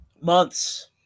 Months